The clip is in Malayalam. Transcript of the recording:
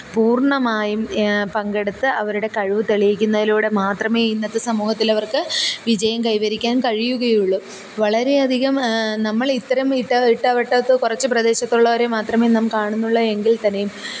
പൂർണമായും പങ്കെടുത്ത് അവരുടെ കഴിവ് തെളിയിക്കുന്നതിലൂടെ മാത്രമേ ഇന്നത്തെ സമൂഹത്തിൽ അവർക്ക് വിജയം കൈവരിക്കാൻ കഴിയുകയുള്ളു വളരെ അധികം നമ്മൾ ഇത്തരം ഇട്ടാ ഇട്ടാ വട്ടത്ത് കുറച്ച് പ്രദേശത്തുള്ളവരെ മാത്രമേ നാം കാണുന്നുള്ളൂ എങ്കിൽ തന്നെയും